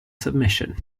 submission